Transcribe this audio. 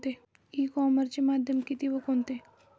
E कॉमर्सचे माध्यम किती व कोणते?